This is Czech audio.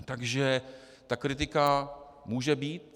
Takže ta kritika může být.